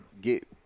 get